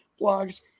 blogs